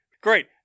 great